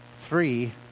Three